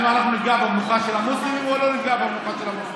אם אנחנו נפגע במנוחה של המוסלמים או לא נפגע במנוחה של המוסלמים,